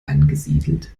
angesiedelt